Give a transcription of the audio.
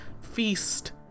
feast